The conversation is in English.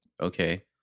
okay